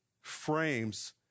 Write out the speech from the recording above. frames